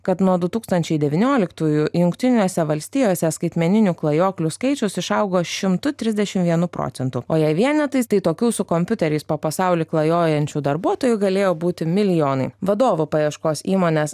kad nuo du tūkstančiai devynioliktųjų jungtinėse valstijose skaitmeninių klajoklių skaičius išaugo šimtu trisdešim vienu procentu o jei vienetais tai tokių su kompiuteriais po pasaulį klajojančių darbuotojų galėjo būti milijonai vadovų paieškos įmonės